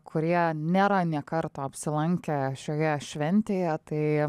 kurie nėra nė karto apsilankę šioje šventėje tai